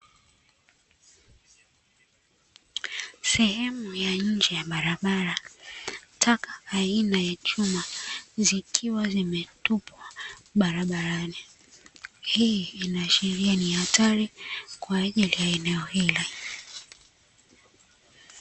Sehemu ya nje ya barabara, taka aina ya chuma zikiwa zimetupwa barabarani. Hii inaashiria ni hatari kwa ajili ya eneo hili.